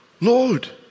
Lord